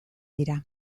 dira